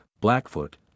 Blackfoot